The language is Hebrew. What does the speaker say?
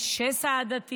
"השסע העדתי",